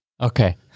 Okay